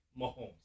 Mahomes